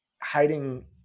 hiding